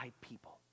people